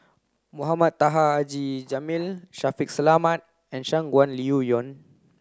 Mohamed Taha Haji Jamil Shaffiq Selamat and Shangguan Liuyun